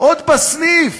עוד בסניף